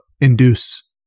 induce